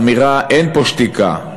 אין פה שתיקה.